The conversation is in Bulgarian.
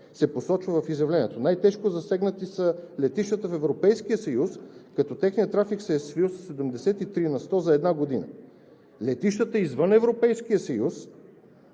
се посочва в изявлението. Най-тежко засегнати са летищата в Европейския съюз, като техният трафик се е свил със 73% за една година. Летищата извън Европейския съюз,